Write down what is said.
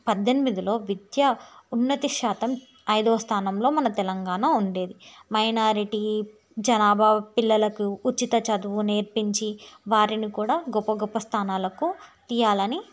పద్దెనిమిదిలో విద్యా ఉన్నతి శాతం ఐదవ స్థానంలో మన తెలంగాణ ఉండేది మైనారిటీ జనాభా పిల్లలకు ఉచిత చదువు నేర్పించి వారిని కూడా గొప్ప గొప్ప స్థానాలకు తీయాలని